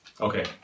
okay